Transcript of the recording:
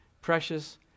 precious